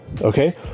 Okay